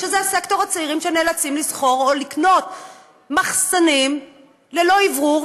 שזה סקטור הצעירים שנאלצים לשכור או לקנות מחסנים ללא אוורור,